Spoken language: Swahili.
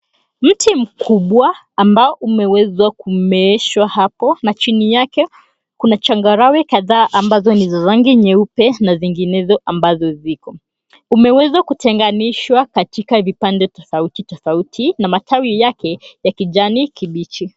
Mti mkubwa ambao umeweza kumeeshwa hapo na chini yake kuna changarawe kadhaa ambazo ni za rangi nyeupe na zinginezo ambazo ziko. Umeweza kutenganishwa katika vipande tofauti tofauti na matawi yake ya kijani kibichi.